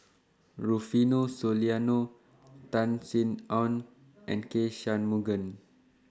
Rufino Soliano Tan Sin Aun and K Shanmugam